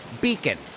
beacon